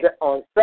on